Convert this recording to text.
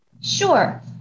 Sure